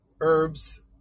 herbs